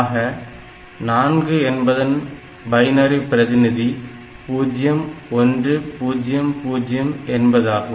ஆக 4 என்பதன் பைனரி பிரதிநிதி 0100 என்பதாகும்